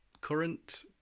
current